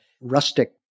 rustic